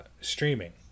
streaming